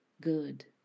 good